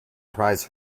prize